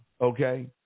okay